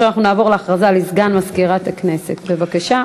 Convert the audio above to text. נעבור להכרזה לסגן מזכירת הכנסת, בבקשה.